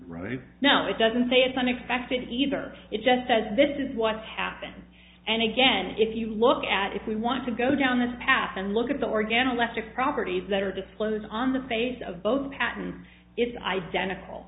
right now it doesn't say it's unexpected either it just says this is what happened and again if you look at if we want to go down that path and look at the organic electric properties that are disclosed on the face of both patent it's identical